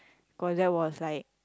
cause that was like